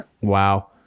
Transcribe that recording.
Wow